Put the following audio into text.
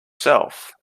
shelf